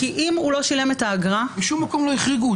כי אם הוא לא שילם את האגרה -- בשום מקום לא החריגו את זה.